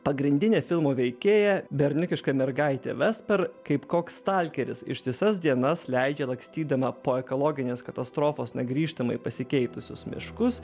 pagrindinė filmo veikėja berniukiška mergaitė vester kaip koks stalkeris ištisas dienas leidžia lakstydama po ekologinės katastrofos negrįžtamai pasikeitusius miškus